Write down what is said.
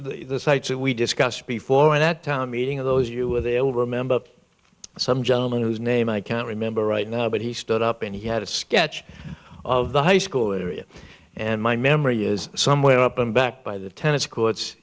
the sites that we discussed before and that town meeting of those you were they all remember some gentleman whose name i can't remember right now but he stood up and he had a sketch of the high school area and my memory is somewhere up and back by the tennis courts